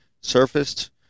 surfaced